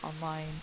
online